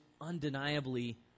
undeniably